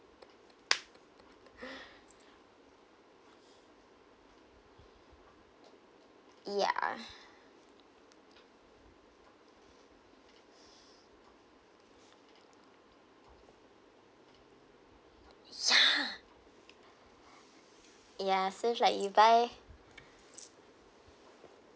ya ya ya seems like you buy